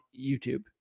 YouTube